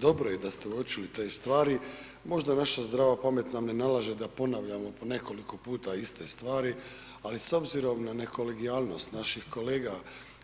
Dobro je da se uočili te stvari, možda naša zdrava pamet nam ne nalaže da ponavljamo po nekoliko puta iste stvari ali s obzirom na nekolegijalnost naših kolega